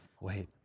Wait